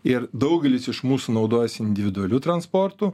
ir daugelis iš mūsų naudojasi individualiu transportu